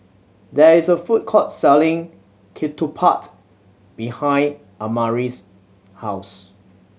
there is a food court selling ketupat behind Amare's house